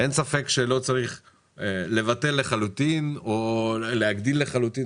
אין ספק שלא צריך לבטל לחלוטין או להגדיל לחלוטין.